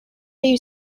you